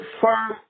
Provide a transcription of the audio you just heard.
firm